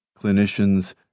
clinicians